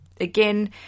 Again